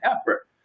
effort